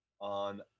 on